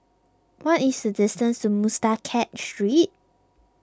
what is the distance to Muscat Street